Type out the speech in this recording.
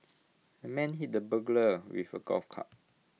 the man hit the burglar with A golf club